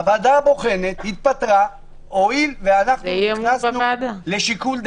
הוועדה הבוחנת התפטרה הואיל ואנחנו נכנסנו לשיקול דעתה.